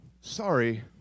sorry